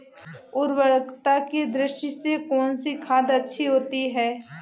उर्वरकता की दृष्टि से कौनसी खाद अच्छी होती है?